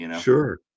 sure